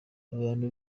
abantu